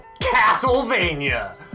Castlevania